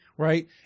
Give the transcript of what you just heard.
right